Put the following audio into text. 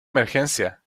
emergencia